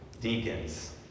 deacons